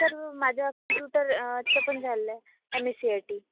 sir माझं computer चं पण झालं आहे M S C I T